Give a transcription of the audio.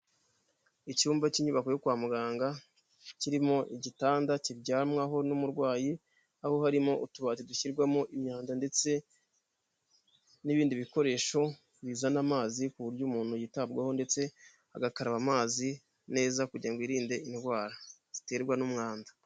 Icyumba cy'inyubako yo kwa muganga, kirimo igitanda kiryamwaho n'umurwayi, aho harimo utubati dushyirwamo imyanda ndetse n'ibindi bikoresho bizana amazi, ku buryo umuntu yitabwaho ndetse agakaraba amazi neza kugira ngo yirinde indwara ziterwa n'umwanda.